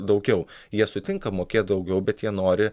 daugiau jie sutinka mokėti daugiau bet jie nori